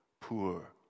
poor